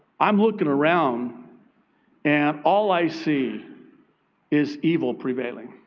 i'm looking around and all i see is evil prevailing,